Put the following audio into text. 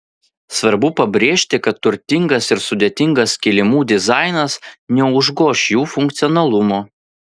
svarbu pabrėžti kad turtingas ir sudėtingas kilimų dizainas neužgoš jų funkcionalumo